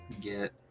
get